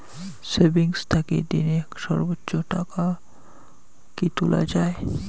Savings থাকি দিনে সর্বোচ্চ টাকা কি তুলা য়ায়?